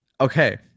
Okay